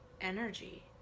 energy